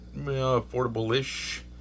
affordable-ish